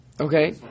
Okay